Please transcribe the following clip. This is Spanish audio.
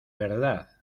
verdad